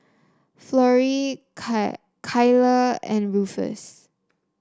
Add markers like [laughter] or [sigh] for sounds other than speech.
Florie [unintelligible] Kylah and Rufus